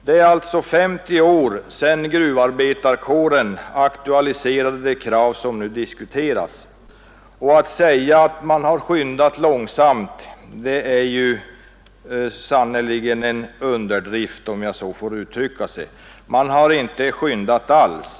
Det är alltså 50 år sedan gruvarbetarkåren aktualiserade det krav som nu diskuteras och att säga att man i detta fall har skyndat långsamt är en underdrift, om jag får uttrycka mig så. Man har inte skyndat alls.